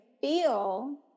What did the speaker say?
feel